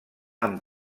amb